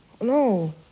no